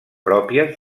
pròpies